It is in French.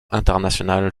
internationales